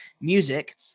music